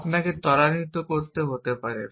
আপনাকে ত্বরান্বিত করতে হতে পারে